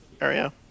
area